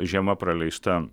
žiema praleista